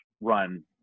run